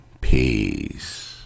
Peace